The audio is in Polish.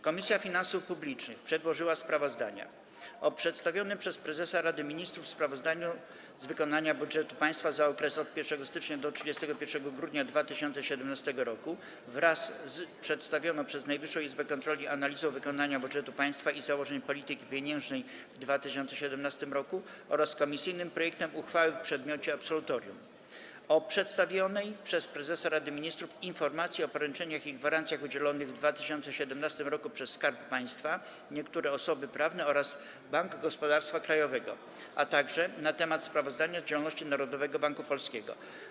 Komisja Finansów Publicznych przedłożyła sprawozdania: - o przedstawionym przez prezesa Rady Ministrów sprawozdaniu z wykonania budżetu państwa za okres od 1 stycznia do 31 grudnia 2017 r. wraz z przedstawioną przez Najwyższą Izbę Kontroli analizą wykonania budżetu państwa i założeń polityki pieniężnej w 2017 r. oraz komisyjnym projektem uchwały w przedmiocie absolutorium, - o przedstawionej przez prezesa Rady Ministrów „Informacji o poręczeniach i gwarancjach udzielonych w 2017 roku przez Skarb Państwa, niektóre osoby prawne oraz Bank Gospodarstwa Krajowego”, - na temat sprawozdania z działalności Narodowego Banku Polskiego.